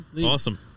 Awesome